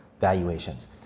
valuations